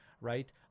right